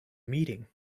meeting